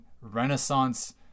renaissance